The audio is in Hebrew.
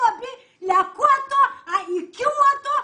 לקחו אותו, היכו אותו.